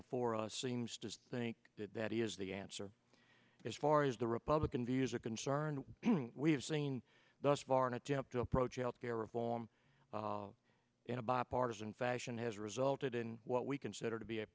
before us seems to think that that is the answer as far as the republican views are concerned we've seen thus far an attempt to approach health care reform in a bipartisan fashion has salted in what we consider to be a